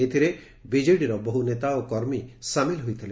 ଏଥିରେ ବିକେଡିର ବହୁ ନେତା ଏବଂ କର୍ମୀ ସାମିଲ୍ ହୋଇଥିଲେ